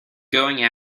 going